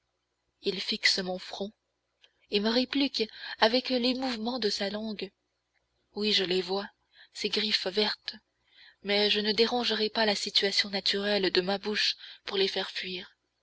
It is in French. il fixe mon front et me réplique avec les mouvements de sa langue oui je les vois ces griffes vertes mais je ne dérangerai pas la situation naturelle de ma bouche pour les faire fuir